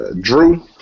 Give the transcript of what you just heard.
Drew –